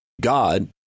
God